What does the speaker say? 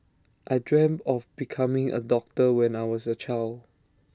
I dreamt of becoming A doctor when I was A child